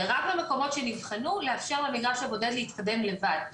ורק במקומות שנבחנו לאפשר למגרש הבודד להתקדם לבד.